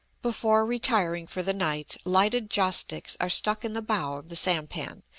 before retiring for the night lighted joss-sticks are stuck in the bow of the sampan,